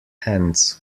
hands